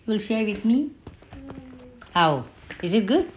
will share with me how is it good